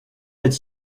cet